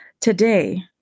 Today